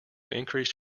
increased